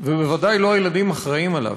ובוודאי לא הילדים אחראים לו.